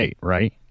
Right